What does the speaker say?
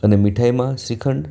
અને મીઠાઈમાં શ્રીખંડ